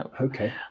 Okay